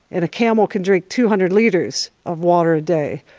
and a camel can drink two hundred litres of water a day.